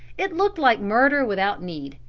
it looked like murder without need,